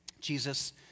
Jesus